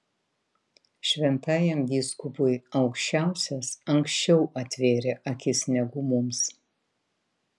šventajam vyskupui aukščiausias anksčiau atvėrė akis negu mums